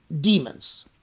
demons